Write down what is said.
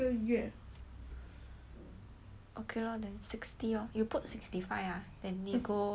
okay lor then sixty lor you put sixty five ah then nego until sixty